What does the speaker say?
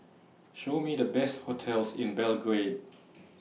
Show Me The Best hotels in Belgrade